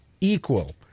equal